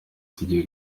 tugiye